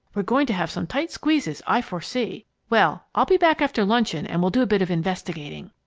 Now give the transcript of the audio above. we're going to have some tight squeezes, i foresee! well, i'll be back after luncheon and we'll do a bit of investigating.